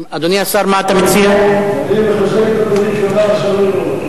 אני מחזק את הדברים שאמר השר ליברמן.